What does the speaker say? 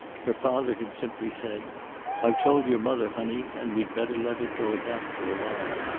her father had simply said i've told your mother, honey, and we'd better let it go at that, for a while.